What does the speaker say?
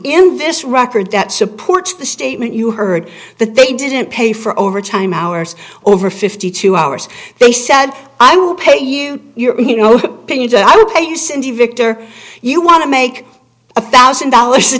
in this record that supports the statement you heard that they didn't pay for overtime hours over fifty two hours they said i will pay you your you know pains i will pay you cindy victor you want to make a thousand dollars a